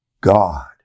God